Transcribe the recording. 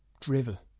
drivel